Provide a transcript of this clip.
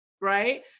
right